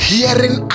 Hearing